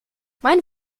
mein